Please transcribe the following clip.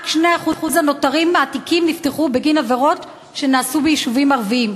רק 2% הנותרים מהתיקים נפתחו בגין עבירות שנעשו ביישובים ערביים.